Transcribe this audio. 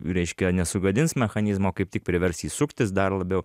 reiškia nesugadins mechanizmo kaip tik privers jį suktis dar labiau